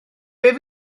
beth